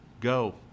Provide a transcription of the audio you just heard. go